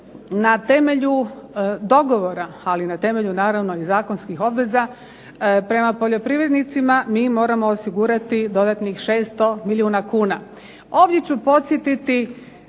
Na temelju dogovora, ali i na temelju naravno i zakonskih obveza prema poljoprivrednicima mi moramo osigurati dodatnih 600 milijuna kuna. Ovdje ću podsjetiti